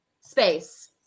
space